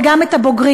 וגם את הבוגרים.